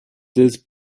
this